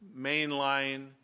mainline